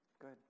Good